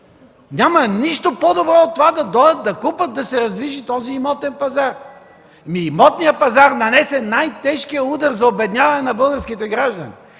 Няма нищо по-добро от това да дойдат да купят, да се раздвижи този имотен пазар. Имотният пазар нанесе най-тежкия удар за обедняване на българските граждани.